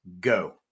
go